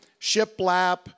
shiplap